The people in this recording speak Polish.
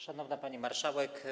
Szanowna Pani Marszałek!